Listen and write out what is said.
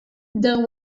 there